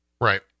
Right